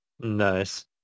Nice